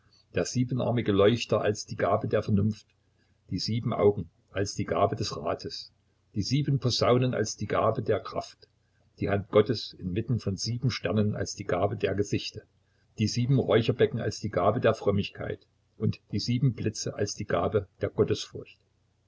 der siebenarmige leuchter als die gabe der vernunft die sieben augen als die gabe des rates die sieben posaunen als die gabe der kraft die hand gottes inmitten von sieben sternen als die gabe der gesichte die sieben räucherbecken als die gabe der frömmigkeit und die sieben blitze als die gabe der gottesfurcht